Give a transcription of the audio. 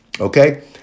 Okay